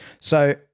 So-